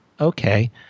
okay